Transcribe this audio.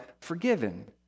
forgiven